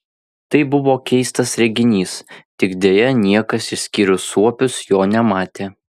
tai buvo keistas reginys tik deja niekas išskyrus suopius jo nematė